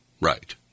Right